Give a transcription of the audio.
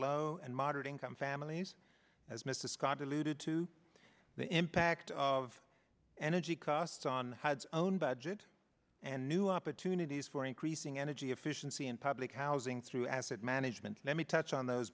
low and moderate income families as mrs scott alluded to the impact of energy costs on hides own budget and new opportunities for increasing energy efficiency and public housing through asset management let me touch on those